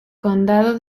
condado